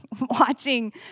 watching